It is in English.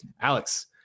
alex